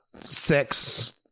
sex